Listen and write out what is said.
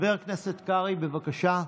חבר הכנסת קרעי, בבקשה.